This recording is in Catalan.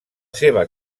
seva